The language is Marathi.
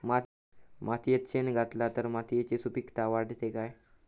मातयेत शेण घातला तर मातयेची सुपीकता वाढते काय?